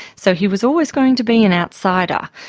so he was always going to be an outsider.